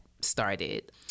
started